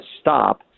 stop